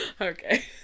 Okay